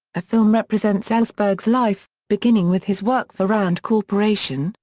ah film represents ellsberg's life, beginning with his work for rand corp,